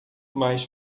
mais